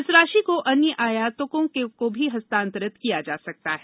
इस राशि को अन्य आयातकों को भी हस्तांतरित किया जा सकता है